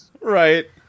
Right